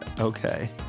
Okay